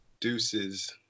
Deuces